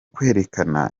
kwerekana